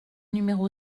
numéro